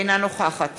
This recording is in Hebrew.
אינה נוכחת